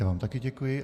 Já vám také děkuji.